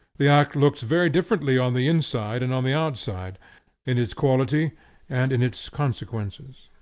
the act looks very differently on the inside and on the outside in its quality and in its consequences.